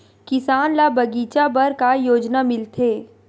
किसान ल बगीचा बर का योजना मिलथे?